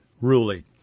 ruling